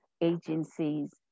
agencies